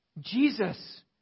Jesus